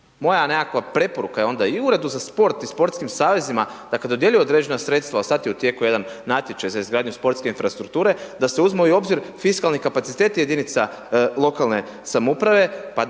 moja nekakva preporuka je onda i u uredu za sport i sportskim savezima, dakle, dodjeljuje određena sredstva, sad je u tijeku jedan natječaj za izgradnju sportske infrastrukture da se uzmu i u obzir fiskalni kapaciteti jedinica lokalne samouprave, pa da